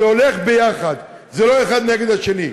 זה הולך ביחד, זה לא האחד נגד השני.